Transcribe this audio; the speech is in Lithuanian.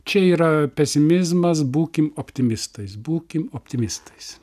čia yra pesimizmas būkim optimistais būkim optimistais